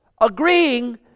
agreeing